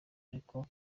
ariko